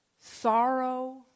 sorrow